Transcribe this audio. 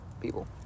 people